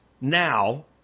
now